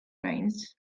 rains